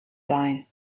sein